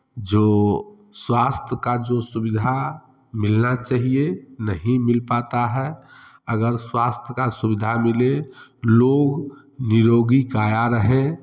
जो स्वास्थ्य का जो सुविधा मिलना चहिए नहीं मिल पाता है अगर स्वास्थ का सुविधा मिले लोग निरोगी काया रहें